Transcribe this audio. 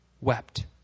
wept